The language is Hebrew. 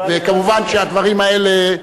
וכמובן שהדברים האלה,